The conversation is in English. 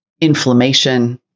inflammation